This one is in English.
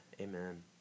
Amen